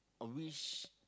which